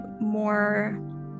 more